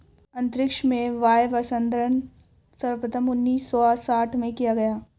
अंतरिक्ष में वायवसंवर्धन सर्वप्रथम उन्नीस सौ साठ में किया गया